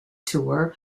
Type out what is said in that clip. tour